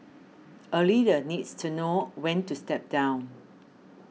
a leader needs to know when to step down